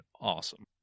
awesome